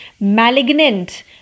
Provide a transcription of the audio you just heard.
malignant